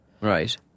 Right